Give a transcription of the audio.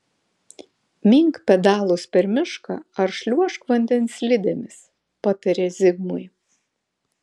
mink pedalus per mišką ar šliuožk vandens slidėmis patarė zigmui